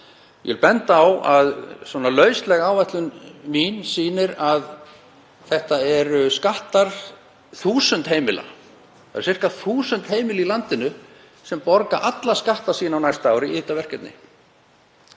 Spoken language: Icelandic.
vil benda á að svona lausleg áætlun mín sýnir að þetta eru skattar 1.000 heimila, það eru sirka 1.000 heimili í landinu sem borga alla skatta sína á næsta ári í þetta verkefni.